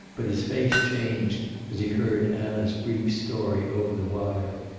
but his face changed as he heard anna's brief story over the wire.